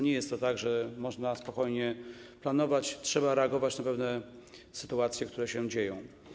Nie jest to tak, że można spokojnie planować, trzeba reagować na pewne sytuacje, które się dzieją.